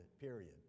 period